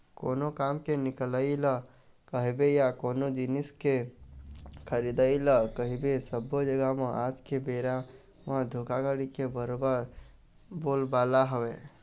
कोनो काम के निकलई ल कहिबे या कोनो जिनिस के खरीदई ल कहिबे सब्बो जघा म आज के बेरा म धोखाघड़ी के बरोबर बोलबाला हवय